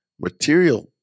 material